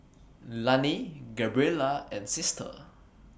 Loney Gabriella and Sister